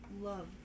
love